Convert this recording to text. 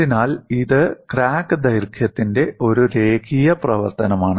അതിനാൽ ഇത് ക്രാക്ക് ദൈർഘ്യത്തിന്റെ ഒരു രേഖീയ പ്രവർത്തനമാണ്